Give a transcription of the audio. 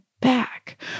back